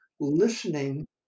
listening